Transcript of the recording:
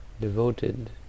devoted